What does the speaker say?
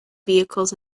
vehicles